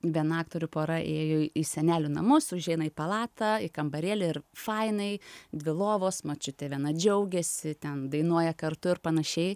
viena aktorių pora ėjo į senelių namus užeina į palatą į kambarėlį ir fainai dvi lovos močiutė viena džiaugiasi ten dainuoja kartu ir panašiai